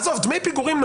עזוב, דמי פיגורים.